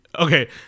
Okay